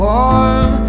Warm